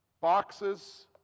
boxes